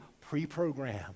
pre-programmed